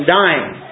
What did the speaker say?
dying